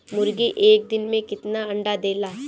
मुर्गी एक दिन मे कितना अंडा देला?